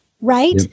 Right